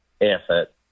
effort